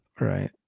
Right